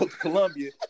Columbia